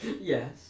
Yes